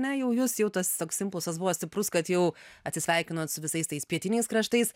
ne jau jūs jau tas toks impulsas buvo stiprus kad jau atsisveikinot su visais tais pietiniais kraštais